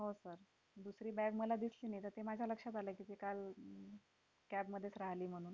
हो सर दुसरी बॅग मला दिसली नाही तर ते माझ्या लक्षात आलं की काल कॅबमध्येच राहिली म्हणून